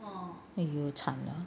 !aiyo! 掺了